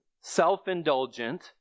self-indulgent